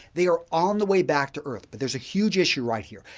they are on the way back to earth, but there's a huge issue right here,